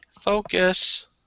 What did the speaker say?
Focus